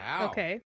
okay